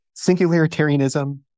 Singularitarianism